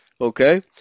okay